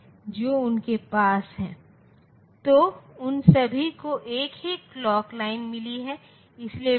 और अगर जवाब 0 है तो इसका मतलब है कि वे समान हैं